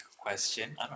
question